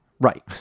Right